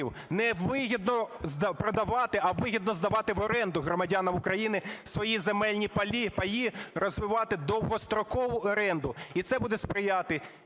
Невигідно продавати, а вигідно здавати в оренду громадянам України свої земельні паї, розвивати довгострокову оренду. І це буде сприяти